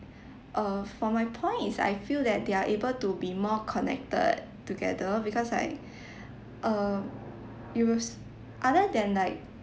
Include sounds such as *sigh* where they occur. err for my point is I feel that they are able to be more connected together because like *breath* err you will s~ other than like